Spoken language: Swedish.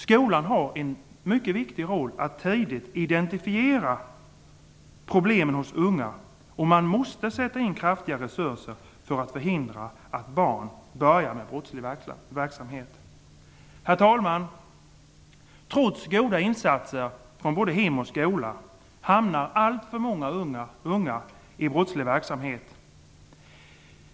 Skolan har en viktig roll att tidigt identifiera problemen hos unga och måste sätta in kraftiga resurser för att förhindra att barn börjar med brottslig verksamhet. Herr talman! Trots goda insatser både från hem och skola hamnar allt för många unga i brottslig verksamhet.